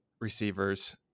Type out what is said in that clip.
receivers